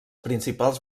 principals